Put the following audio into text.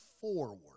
forward